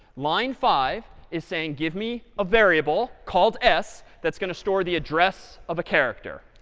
line five is saying, give me a variable called s that's going to store the address of a character.